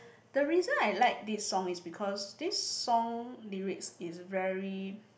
the reason I like this song is because this song lyrics is very